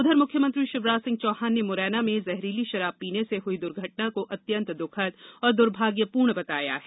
उधर मुख्यमंत्री शिवराज सिंह चौहान ने मुरैना में जहरीली शराब पीने से हुई दुर्घटना को अत्यंत दुःखद एवं दुर्भाग्यपूर्ण बताया है